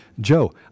Joe